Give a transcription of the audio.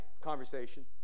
conversation